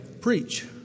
preach